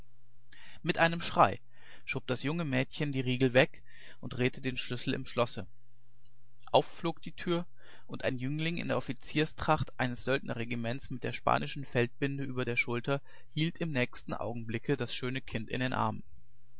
mit einem schrei schob das junge mädchen die riegel weg und drehte den schlüssel im schloß auf flog die tür und ein jüngling in der offizierstracht eines deutschen söldnerregiments mit der spanischen feldbinde über der schulter hielt im nächsten augenblick das schöne kind in den armen